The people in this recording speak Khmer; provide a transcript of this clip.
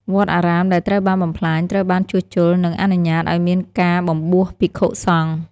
វត្តអារាមដែលត្រូវបានបំផ្លាញ ត្រូវបានជួសជុល និងអនុញ្ញាតឱ្យមានការបំបួសភិក្ខុសង្ឃ។